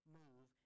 move